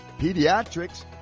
pediatrics